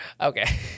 Okay